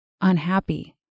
unhappy